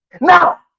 now